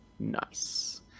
Nice